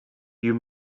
you